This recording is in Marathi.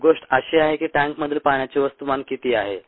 ही गोष्ट अशी आहे की टँकमधील पाण्याचे वस्तुमान किती आहे